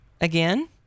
again